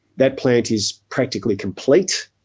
that plant is practically complete,